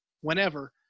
whenever